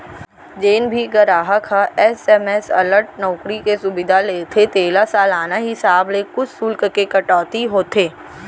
जेन भी गराहक ह एस.एम.एस अलर्ट नउकरी के सुबिधा लेथे तेला सालाना हिसाब ले कुछ सुल्क के कटौती होथे